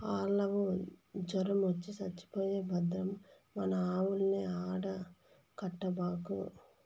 ఆల్లావు జొరమొచ్చి చచ్చిపోయే భద్రం మన ఆవుల్ని ఆడ కట్టబాకు